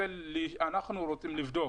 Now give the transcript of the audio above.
אנחנו רוצים לבדוק,